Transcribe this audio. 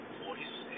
voice